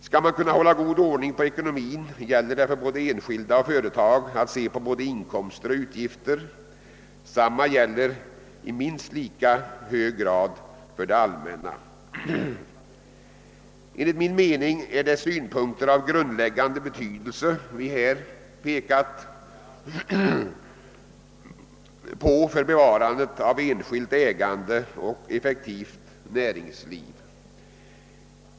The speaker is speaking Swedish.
Skall man kunna hålla god ordning på ekonomin gäller det — för såväl enskilda som företag — att se på både utgifter och inkomster. Detta gäl ler i minst lika hög grad för det allmänna. Enligt min mening är de synpunkter vi här framlagt av grundläggande betydelse för bevarandet av enskilt ägande och ett effektivt näringsliv.